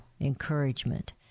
encouragement